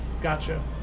gotcha